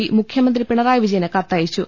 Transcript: P മുഖ്യമന്ത്രി പിണറായി വിജയന് കത്തയച്ചു